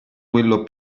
quello